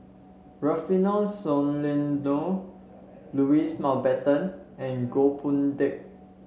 Rufino Soliano Louis Mountbatten and Goh Boon Teck